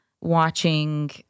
watching